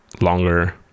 longer